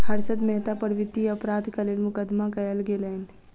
हर्षद मेहता पर वित्तीय अपराधक लेल मुकदमा कयल गेलैन